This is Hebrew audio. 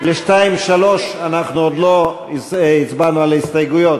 סעיף 2(3) אנחנו עוד לא הצבענו על הסתייגויות.